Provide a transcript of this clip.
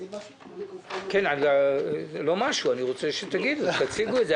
אני מבקש שתציגו את זה.